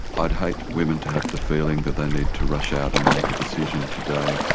i'd hate women to have the feeling that they need to rush out and make a decision today.